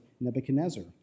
Nebuchadnezzar